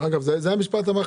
אגב, זה משפט המחץ.